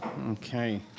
Okay